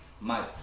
Mike